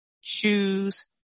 shoes